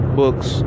books